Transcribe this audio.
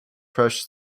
fresh